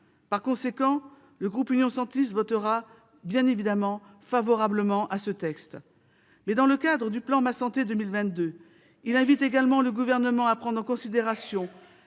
Par conséquent, le groupe Union Centriste votera bien évidemment en faveur de ce texte. Mais dans le cadre du plan « Ma santé 2022 », il invite le Gouvernement à prendre en considération